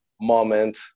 moment